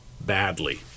Badly